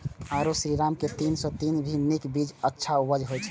आरो श्रीराम के तीन सौ तीन भी नीक बीज ये अच्छा उपज होय इय?